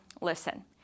listen